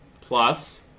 plus